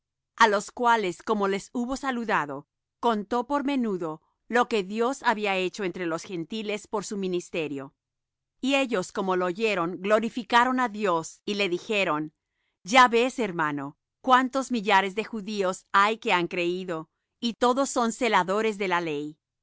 a los cuales como los hubo saludado contó por menudo lo que dios había hecho entre los gentiles por su ministerio y ellos como lo oyeron glorificaron á dios y le dijeron ya ves hermano cuántos millares de judíos hay que han creído y todos son celadores de la ley